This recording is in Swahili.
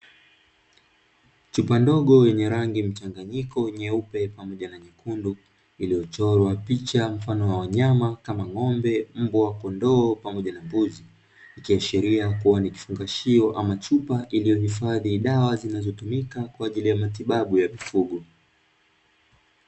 Chupa ndogo yenye rangi mchanganyiko nyeupe na nyekundu iliyochorwa picha mfano wa wanyama kama vile ng'ombe, Mbwa, kondoo pamoja na mbuzi. Ikiashiria kuwa nikifungashio ama chupa iliyohifadhi dawa zilizotumika kwaajili ya matibabu ya mifugo.